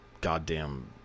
goddamn